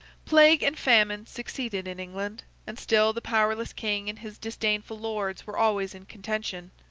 plague and famine succeeded in england and still the powerless king and his disdainful lords were always in contention.